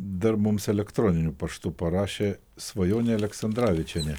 dar mums elektroniniu paštu parašė svajonė aleksandravičienė